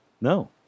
No